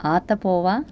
आतपो वा